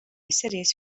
cities